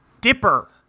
Dipper